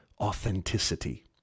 authenticity